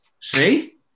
See